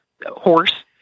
horse